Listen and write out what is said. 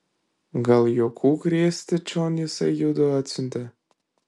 gal juokų krėsti čion jisai judu atsiuntė